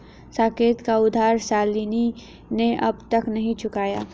साकेत का उधार शालिनी ने अब तक नहीं चुकाया है